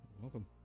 welcome